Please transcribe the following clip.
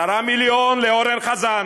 10 מיליון לאורן חזן,